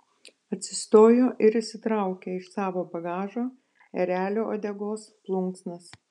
atsistojo ir išsitraukė iš savo bagažo erelio uodegos plunksnas